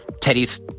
Teddy's